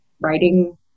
writing